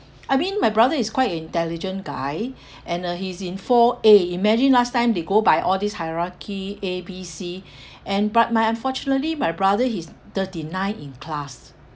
I mean my brother is quite intelligent guy and uh he's in four A imagine last time they go by all these hierarchy A_B_C and but my unfortunately my brother he's thirty nine in class